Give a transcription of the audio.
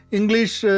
English